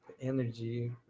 energy